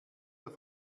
der